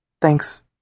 Thanks